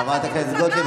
חברת הכנסת גוטליב,